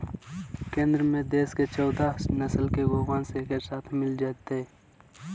केंद्र में देश के चौदह नस्ल के गोवंश एके साथ मिल जयतय